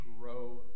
grow